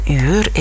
uur